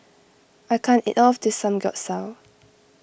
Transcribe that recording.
I can't eat all of this Samgeyopsal